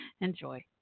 Enjoy